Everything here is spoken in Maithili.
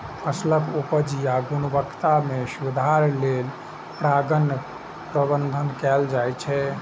फसलक उपज या गुणवत्ता मे सुधार लेल परागण प्रबंधन कैल जाइ छै